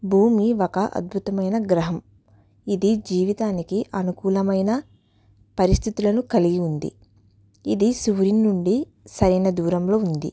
భూమి ఒక అద్భుతమైన గ్రహం ఇది జీవితానికి అనుకూలమైన పరిస్థితులను కలిగి ఉంది ఇది సూర్యుని నుండి సరైన దూరంలో ఉంది